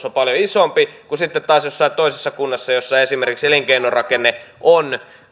on paljon isompi kuin sitten taas jossain toisessa kunnassa jossa esimerkiksi elinkeinorakenne on